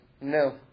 no